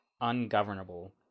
ungovernable